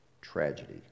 tragedy